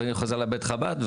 ואני חוזר לבית חב"ד,